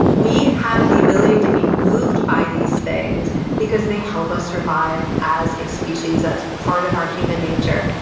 we have the ability to be moved by these things because they help us survive as a species. that's part of our human nature.